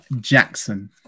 Jackson